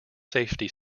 safety